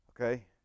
okay